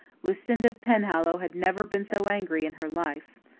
lucinda penhallow had never been so angry in her life.